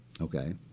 okay